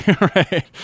right